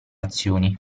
azioni